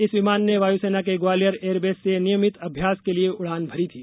इस विमान ने वायुसेना के ग्वालियर एयरबेस से नियमित अभ्यास के लिए उड़ान भरी थी